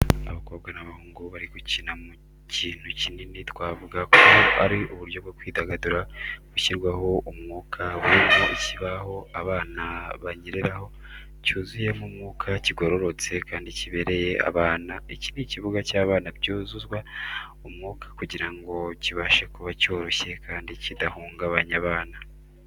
Abakobwa n’abahungu bari gukina ku kintu kinini twavuga ko ari uburyo bwo kwidagadura bushyirwaho umwuka burimo ikibaho abana banyereraho cyuzuyemo umwuka kigororotse kandi kibereye abana. Iki ni ikibuga cy’abana cyuzuzwa umwuka kugira ngo kibashe kuba cyoroshye kandi kidahungabanya abana.